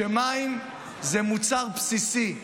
ומים זה מוצר בסיסי,